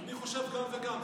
אני חושב שגם וגם.